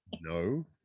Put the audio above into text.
no